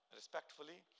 respectfully